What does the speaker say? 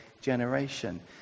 generation